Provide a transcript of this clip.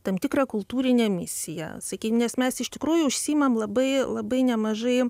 tam tikrą kultūrinę misiją sakykim nes mes iš tikrųjų užsiimam labai labai nemažai